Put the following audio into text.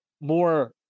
more